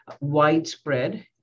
widespread